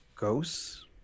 ghosts